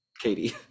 katie